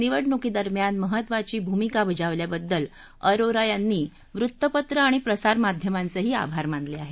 निवडणुकीदरम्यान महत्त्वाची भूमिका बजावल्याबद्दल अरोरा यांनी वृत्तपत्रं आणि प्रसारमाध्यमांचे ही आभार मानले आहेत